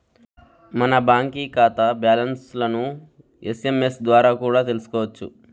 మన బాంకీ కాతా బ్యాలన్స్లను ఎస్.ఎమ్.ఎస్ ద్వారా కూడా తెల్సుకోవచ్చు